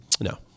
No